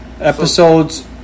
episodes